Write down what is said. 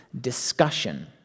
discussion